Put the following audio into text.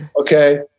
Okay